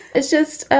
it's just,